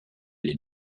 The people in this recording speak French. les